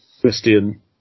Christian